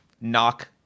knock